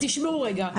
תשמעו רגע,